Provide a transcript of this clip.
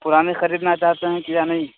پرانی خریدنا چاہتے ہیں یا نئی